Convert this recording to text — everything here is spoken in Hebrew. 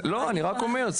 אני רק אומר,